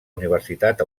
universitat